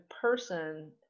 person